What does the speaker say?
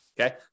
okay